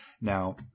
Now